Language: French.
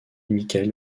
michael